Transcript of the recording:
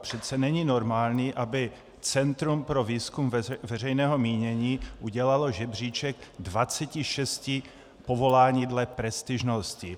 Přece není normální, aby Centrum pro výzkum veřejného mínění udělalo řebříček 26 povolání dle prestižnosti.